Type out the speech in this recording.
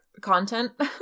content